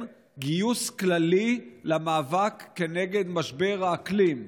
גיוס כללי למאבק כנגד משבר האקלים.